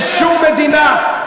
בשום מדינה.